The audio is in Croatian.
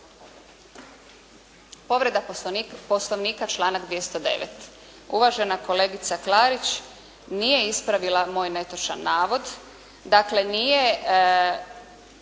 Povreda Poslovnika članak 209. Uvažena kolegica Klarić nije ispravila moj netočan navod,